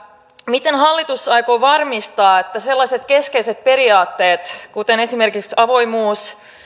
miten hallitus aikoo varmistaa että sellaiset keskeiset periaatteet kuten esimerkiksi avoimuus